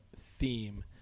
theme